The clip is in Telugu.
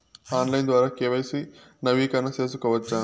ఆన్లైన్ ద్వారా కె.వై.సి నవీకరణ సేసుకోవచ్చా?